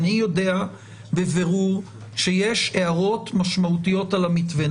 אני יודע בבירור שיש הערות משמעותיות על המתווה.